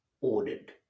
ordered